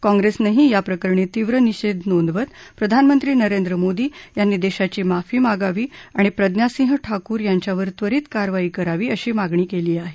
काँग्रेसनंही याप्रकरणी तीव्र निषेध नोंदवत प्रधानमंत्री नरेंद्र मोदी यांनी देशाची माफी मागावी आणि प्रज्ञासिंह ठाकूर यांच्यावर त्वरित कारवाई करावी अशी मागणी केली आहे